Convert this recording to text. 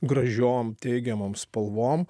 gražiom teigiamom spalvom